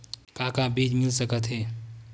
का का बीज मिल सकत हे?